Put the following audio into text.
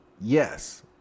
yes